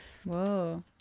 whoa